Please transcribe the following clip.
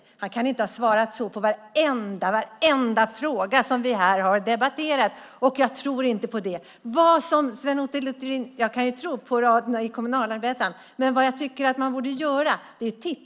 Men han kan inte ha svarat så på varenda fråga vi har debatterat! Jag tror inte på det, även om jag kan tro på raderna i Kommunalarbetaren.